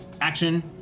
action